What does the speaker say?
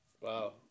Wow